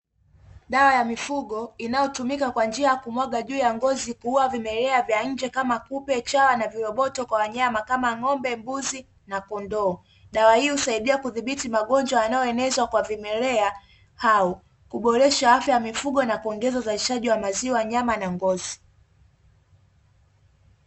Dawa ya mifugo inayotumika kwa njia ya kumwaga juu ya ngozi kuua vimelea vya nje kama kupe, chawa, na viroboto kwa wanyama kama ng'ombe, mbuzi na kondoo, dawa hii husaidia kudhibiti magonjwa yanayoenezwa kwa vimelea hao, kuboresha afya ya mifugo na kuongeza uzalishaji wa maziwa nyama na ngozi.